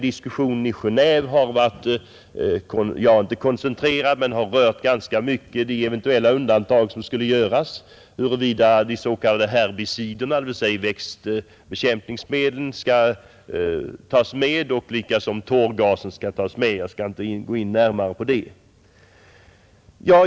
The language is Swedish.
Diskussionen i Genéve har ju ingående berört de eventuella undantagen — huruvida de s.k. herbiciderna, växtbekämpningsmedlen, och tårgasen skall tas med, Jag skall inte närmare gå in på den frågan.